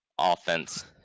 offense